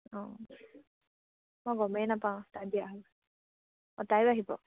অঁ মই গমেই নাপাওঁ তাই